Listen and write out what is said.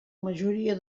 majoria